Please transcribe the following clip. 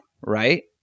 right